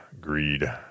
greed